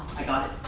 i got it.